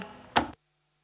arvoisa